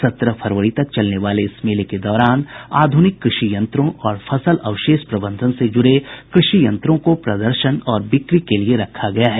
सत्रह फरवरी तक चलने वाले इस मेले के दौरान आधुनिक कृषि यंत्रों और फसल अवशेष प्रबंधन से जुड़े कृषि यंत्रों को प्रदर्शन और बिक्री के लिए रखा गया है